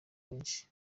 benshi